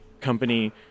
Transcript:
company